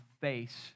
face